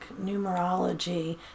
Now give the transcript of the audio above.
numerology